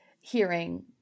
hearing